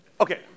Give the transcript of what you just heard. Okay